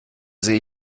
sehe